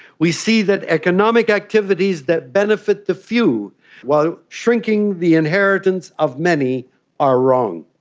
we see that economic activities that benefit the few while shrinking the inheritance of many are wrong.